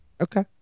okay